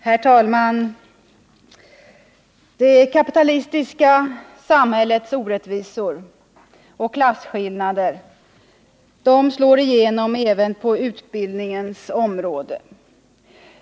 Herr talman! Det kapitalistiska samhällets orättvisor och klasskillnader slår igenom även på utbildningens område.